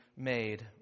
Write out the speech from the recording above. made